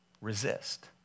Resist